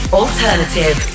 alternative